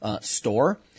store